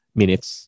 minutes